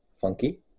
funky